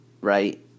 right